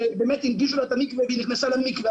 שבאמת הנגישו לה את המקווה והיא נכנסה למקווה,